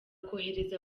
kohereza